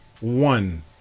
one